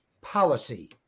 policy